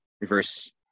reverse